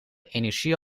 energie